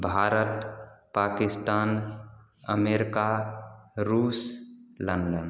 Bharat Pakistan America रूस London